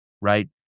right